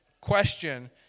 question